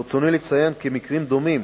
3. ברצוני לציין כי מקרים דומים